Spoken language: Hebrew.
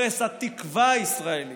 הרס את התקווה הישראלית?